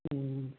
ꯎꯝ